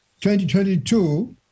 2022